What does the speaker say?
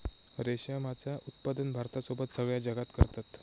रेशमाचा उत्पादन भारतासोबत सगळ्या जगात करतत